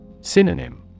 Synonym